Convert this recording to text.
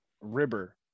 river